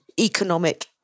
economic